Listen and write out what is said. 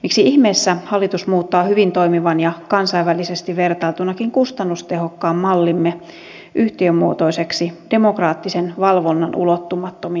miksi ihmeessä hallitus muuttaa hyvin toimivan ja kansainvälisesti vertailtunakin kustannustehokkaan mallimme yhtiömuotoiseksi demokraattisen valvonnan ulottumattomiin